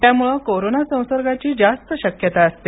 त्यामुळे कोरोना संसर्गाची जास्त शक्यता असते